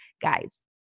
guys